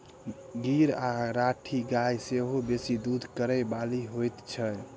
गीर आ राठी गाय सेहो बेसी दूध करय बाली होइत छै